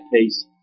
case